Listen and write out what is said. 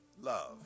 love